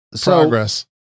progress